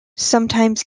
sometimes